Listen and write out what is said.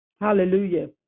hallelujah